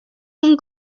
اون